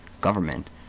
government